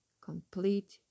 complete